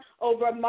over